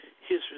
history